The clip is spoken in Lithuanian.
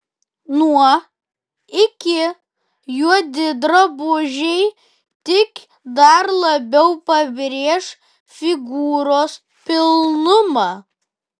nuo iki juodi drabužiai tik dar labiau pabrėš figūros pilnumą